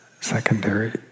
secondary